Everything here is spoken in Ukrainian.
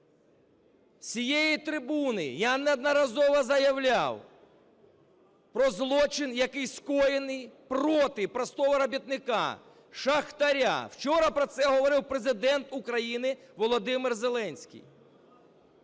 З цієї трибуни, я неодноразово заявляв про злочин, який скоєний проти простого робітника, шахтаря. Вчора про це говорив Президент України Володимир Зеленський.